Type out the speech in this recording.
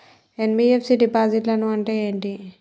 NBFC డిపాజిట్లను అంటే ఏంటి?